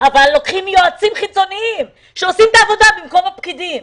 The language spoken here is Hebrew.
אבל לוקחים יועצים חיצוניים שעושים את העבודה במקום הפקידים.